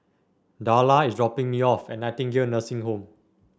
Darla is dropping me off at Nightingale Nursing Home